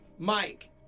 Mike